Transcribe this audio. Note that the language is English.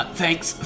thanks